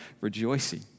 rejoicing